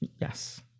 Yes